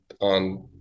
on